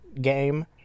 game